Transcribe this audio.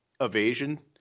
evasion